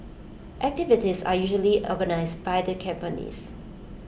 activities are usually organised by the companies